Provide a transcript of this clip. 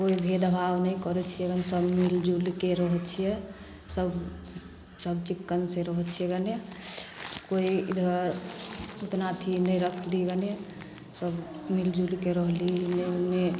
कोइ भेदभाव नहि करै छिए एकदम सभ मिलिजुलिके रहै छिए सभ सभ चिक्कनसे रहै छिए गने कोइ इधर उतना अथी नहि रखली गने सभ मिलिजुलिके रहली एन्ने ओन्ने